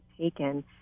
taken